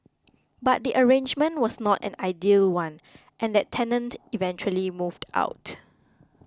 but the arrangement was not an ideal one and that tenant eventually moved out